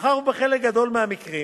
מאחר שבחלק גדול מהמקרים